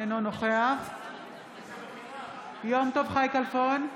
אינו נוכח יום טוב חי כלפון,